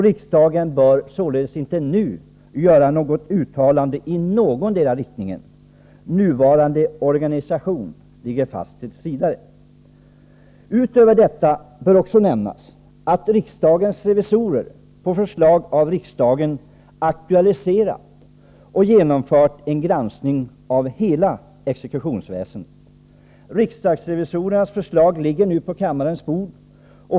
Riksdagen bör således inte nu göra något uttalande i någondera riktningen. Nuvarande organisation ligger fast t. v. Utöver detta bör också nämnas att riksdagsrevisorerna, på förslag av riksdagen, aktualiserat och genomfört en granskning av hela exekutionsväsendet. Riksdagsrevisorernas förslag ligger nu på kammarens bord.